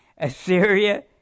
Assyria